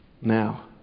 Now